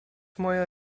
moja